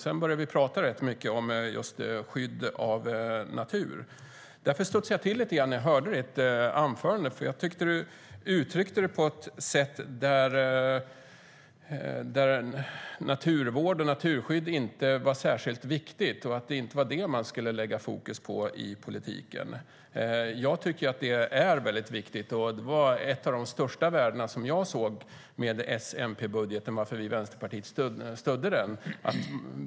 Sedan började vi prata rätt mycket om just skydd av natur. Jag tycker att det är väldigt viktigt, och det var ett av de största värdena som jag såg med S-MP-budgeten, varför vi i Vänsterpartiet stödde den.